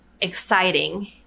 exciting